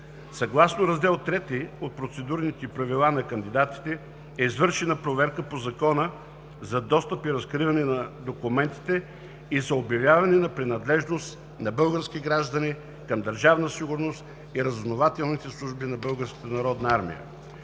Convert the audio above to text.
Съгласно Раздел III от Процедурните правила е извършена проверка на кандидатите по Закона за достъп и разкриване на документите и за обявяване на принадлежност на български граждани към Държавна сигурност и Разузнавателните служби на Българската народна армия.